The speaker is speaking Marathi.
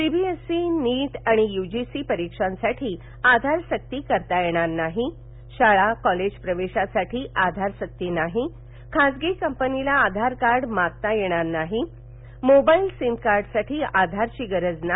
सीबीएसई नीट आणि यूजीसी परीक्षांसाठी आधारसक्ती करता येणार नाही शाळा कॉलेज प्रवेशासाठी आधारसक्ती नाही खासगी कपनीला आधारकार्ड मागता येणार नाही मोबाईल सिमकार्डसाठी आधारची गरज नाही